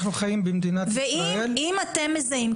אנחנו חיים במדינת ישראל --- ואם אתם מזהים,